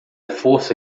força